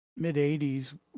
mid-'80s